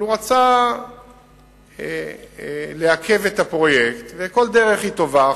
אבל הוא רצה לעכב את הפרויקט, וכל דרך היא טובה.